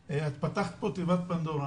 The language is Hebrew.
היושבת-ראש, את פתחת פה תיבת פנדורה.